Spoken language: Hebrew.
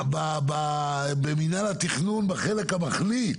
במינהל התכנון בחלק המחליט.